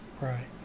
Right